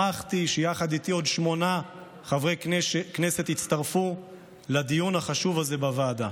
שמחתי שיחד איתי עוד שמונה חברי כנסת הצטרפו לדיון החשוב הזה בוועדה,